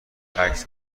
عکس